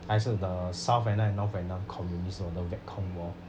还是 the south vietnam and north vietnam communist know the viet cong war